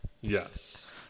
Yes